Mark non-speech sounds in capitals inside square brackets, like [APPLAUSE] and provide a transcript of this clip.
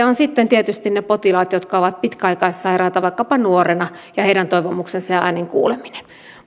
[UNINTELLIGIBLE] on sitten tietysti ne potilaat jotka ovat pitkäaikaissairaita vaikkapa nuorina ja heidän toivomuksensa ja ja äänensä kuuleminen